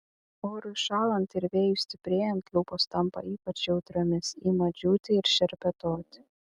orui šąlant ir vėjui stiprėjant lūpos tampa ypač jautriomis ima džiūti ir šerpetoti